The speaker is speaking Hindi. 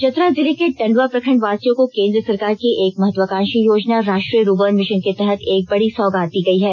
चतरा जिले के टंडवा प्रखंड वासियो को केंद्र सरकार की एक महत्वाकांक्षी योजना राष्ट्रीय रूर्बन मिशन के तहत एक बड़ी सौगात दी गई है